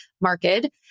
Market